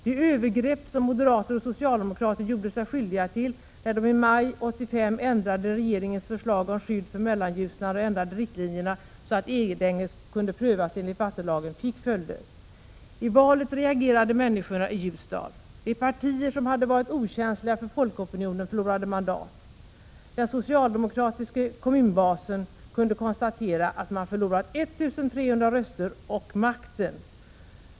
De övergrepp som moderater och socialdemokrater gjorde sig skyldiga till, när de i maj 1985 ändrade regeringens förslag om skydd för Mellanljusnan och ändrade riktlinjerna så att Edänge kunde prövas enligt vattenlagen, fick följder. I valet reagerade människorna i Ljusdal. De partier som hade varit okänsliga för folkopinionen förlorade mandat. Den socialdemokratiske kommunbasen kunde konstatera att man förlorat 1 300 röster och makten.